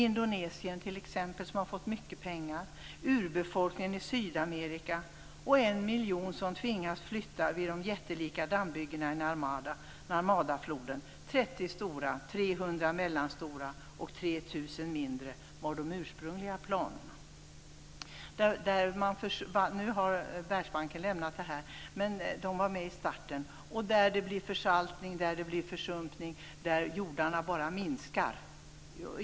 Det gäller t.ex. Indonesien, urbefolkningen i Sydamerika och en miljon människor som tvingas flytta från områdena vid de jättelika dammbyggena vid floden Narmada. De ursprungliga planerna var 30 stora, 300 mellanstora och 3 000 mindre. Nu har Världsbanken lämnat projektet. Men Världsbanken var med i starten. Det blir en försaltning och försumpning och jordarna minskar.